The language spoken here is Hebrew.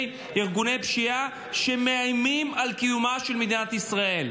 ארגוני פשיעה שמאיימים על קיומה של מדינת ישראל.